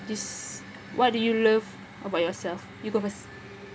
this what do you love about yourself you go first